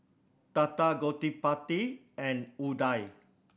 Tata Gottipati and Udai